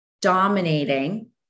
dominating